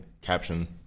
caption